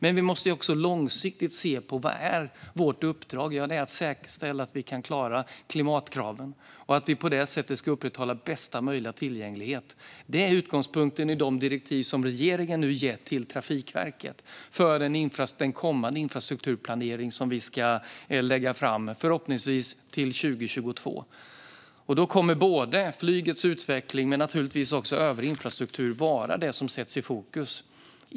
Men vi måste också se långsiktigt. Vad är vårt uppdrag? Jo, det är att säkerställa att vi klarar klimatkraven och på det sättet upprätthåller bästa möjliga tillgänglighet. Det är utgångspunkten i de direktiv som regeringen nu gett till Trafikverket för den infrastrukturplanering som vi ska lägga fram, förhoppningsvis till 2022. Då kommer flygets utveckling men naturligtvis också övrig infrastruktur att vara det som sätts i fokus.